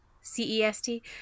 c-e-s-t